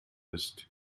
ist